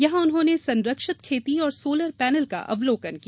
यहां उन्होंने संरक्षित खेती और सोलर पैनल का अवलोकन किया